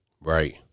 Right